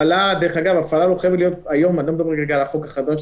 אני לא מדבר על החוק החדש,